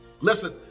Listen